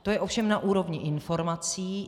To je ovšem na úrovni informací.